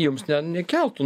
jums ne nekeltų